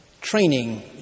training